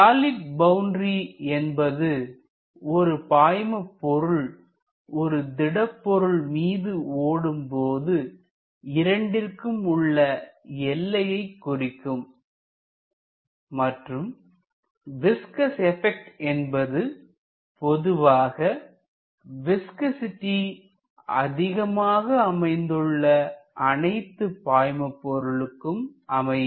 solid boundary என்பது ஒரு பாய்மபொருள் ஒரு திடப்பொருள் மீது ஓடும்போதுஇரண்டிற்கும் இடையே உள்ள எல்லையை குறிக்கும் மற்றும் விஸ்கஸ் எபெக்ட் என்பது பொதுவாக விஸ்கசிட்டி அதிகமாக அமைந்துள்ள அனைத்து பாய்மபொருளுக்கும் அமையும்